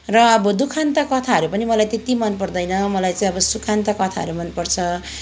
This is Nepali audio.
र अब दुःखान्त कथाहरू पनि मलाई त्यति मनपर्दैन मलाई चाहिँ अब सुखान्त कथाहरू मनपर्छ